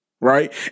Right